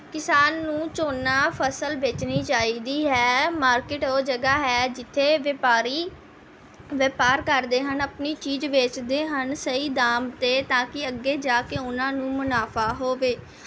ਕਿਸਾਨ ਨੂੰ ਝੋਨਾ ਫ਼ਸਲ ਵੇਚਣੀ ਚਾਹੀਦੀ ਹੈ ਮਾਰਕਿਟ ਉਹ ਜਗ੍ਹਾ ਹੈ ਜਿੱਥੇ ਵਪਾਰੀ ਵਪਾਰ ਕਰਦੇ ਹਨ ਆਪਣੀ ਚੀਜ਼ ਵੇਚਦੇ ਹਨ ਸਹੀ ਦਾਮ 'ਤੇ ਤਾਂ ਕਿ ਅੱਗੇ ਜਾ ਕੇ ਉਹਨਾਂ ਨੂੰ ਮੁਨਾਫ਼ਾ ਹੋਵੇ